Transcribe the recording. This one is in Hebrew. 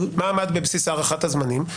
מה עמד בבסיס הארכת הזמנים?